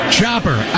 Chopper